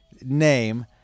name